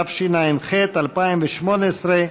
התשע"ח 2018,